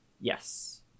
Yes